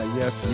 yes